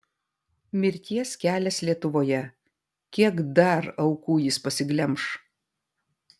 mirties kelias lietuvoje kiek dar aukų jis pasiglemš